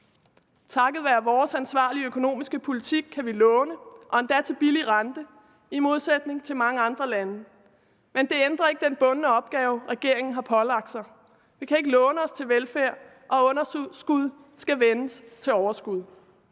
Takket være vores ansvarlige økonomiske politik kan vi i modsætning til mange andre lande låne og endda til en billig rente. Men det ændrer ikke den bundne opgave, som regeringen har pålagt sig selv. Vi kan ikke låne os til velfærd, og underskud skal vendes til overskud.